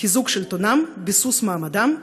חיזוק שלטונם, ביסוס מעמדם,